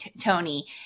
Tony